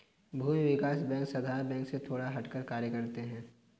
भूमि विकास बैंक साधारण बैंक से थोड़ा हटकर कार्य करते है